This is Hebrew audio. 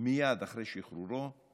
מייד אחרי שחרורו,